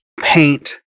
paint